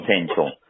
potential